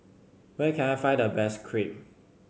where can I find the best Crepe